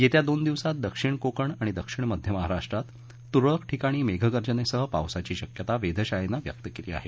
येत्या दोन दिवसात दक्षिण कोकण आणि दक्षिण मध्य महाराष्टात तरळक ठिकाणी मेघगर्जनेसह पावसाची शक्यता वेधशाळेनं व्यक्त केली आहे